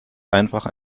einfach